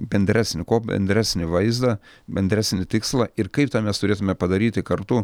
bendresnį kuo bendresnį vaizdą bendresnį tikslą ir kaip tą mes turėtume padaryti kartu